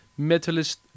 metalist